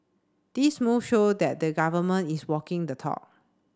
these move show that the government is walking the talk